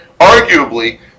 arguably